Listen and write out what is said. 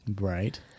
Right